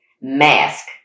mask